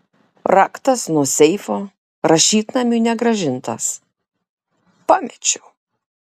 raktas nuo seifo rašytnamiui negrąžintas pamečiau